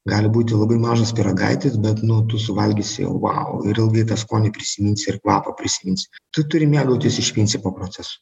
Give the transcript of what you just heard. gali būti labai mažas pyragaitis bet nu tu suvalgysi jau vau ir ilgai tą skonį prisiminsi ir kvapą prisiminsi tu turi mėgautis iš principo procesu